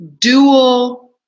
dual